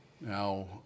Now